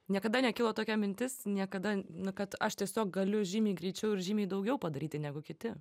niekada nekilo tokia mintis niekada na kad aš tiesiog galiu žymiai greičiau ir žymiai daugiau padaryti negu kiti